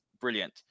brilliant